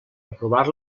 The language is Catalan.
aprovar